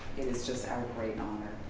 it is just our great honor.